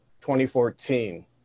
2014